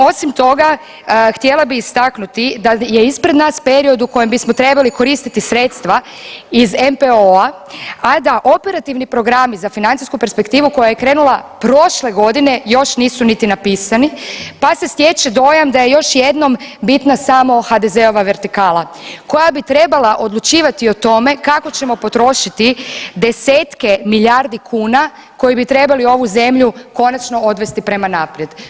Osim toga, htjela bi istaknuti da je ispred nas period u kojem bismo trebali koristiti sredstva iz NPO-a, a da operativni programi za financijsku perspektivu koje je krenula prošle godine još nisu niti napisani, pa se stječe dojam da je još jednom bitna samo HDZ-ova vertikala koja bi trebala odlučivati o tome kako ćemo potrošiti desetke milijardi kuna koji bi trebali ovu zemlju konačno odvesti prema naprijed.